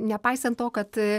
nepaisant to kad